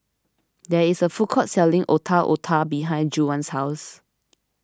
there is a food court selling Otak Otak behind Juwan's house